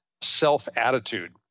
self-attitude